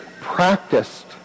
practiced